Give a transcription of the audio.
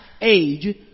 age